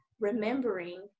remembering